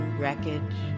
wreckage